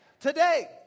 Today